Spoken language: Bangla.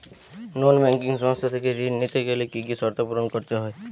নন ব্যাঙ্কিং সংস্থা থেকে ঋণ নিতে গেলে কি কি শর্ত পূরণ করতে হয়?